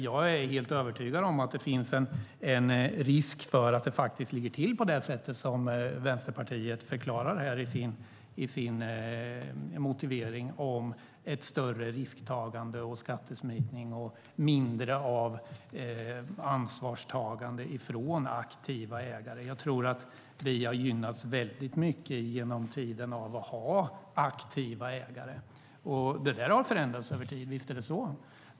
Jag är helt övertygad om att det finns en risk för att det faktiskt ligger till på det sättet som Vänsterpartiet förklarar i sin motivering om större risktagande och mer skattesmitning och mindre av ansvarstagande från aktiva ägare. Jag tror att vi har gynnats mycket av att ha aktiva ägare. Det där har förändrats över tid, visst är det så.